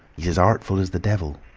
he's as artful as the devil.